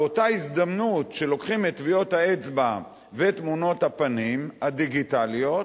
באותה הזדמנות שלוקחים את טביעות האצבע ואת תמונות הפנים הדיגיטליות,